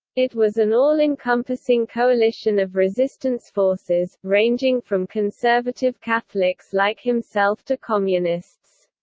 it was an all-encompassing coalition of resistance forces, ranging from conservative catholics like himself to communists.